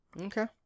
Okay